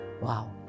Wow